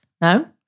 no